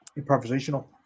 Improvisational